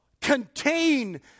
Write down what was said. contain